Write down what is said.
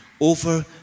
over